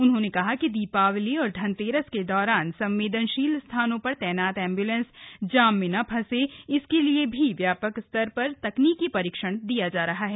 उन्होंने कहा कि दीपावली और धनतेरस के दौरान संवेदनशील स्थानों पर तैनात एम्ब्लेंस जाम में न फंसे इसके लिए भी व्यापक स्तर पर तकनीकी परीक्षण दिया जा रहा है